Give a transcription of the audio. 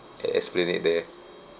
at esplanade there